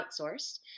Outsourced